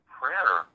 prayer